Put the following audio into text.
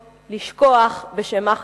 לשכוח בשל מה חזרנו ארצה.